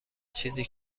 چیزی